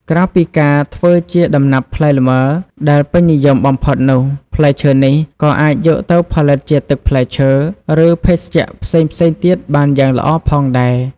ក្រៅពីការធ្វើជា ដំណាប់ផ្លែលម៉ើ ដែលពេញនិយមបំផុតនោះ ផ្លែឈើនេះក៏អាចយកទៅផលិតជាទឹកផ្លែឈើ ឬភេសជ្ជៈផ្សេងៗទៀតបានយ៉ាងល្អផងដែរ។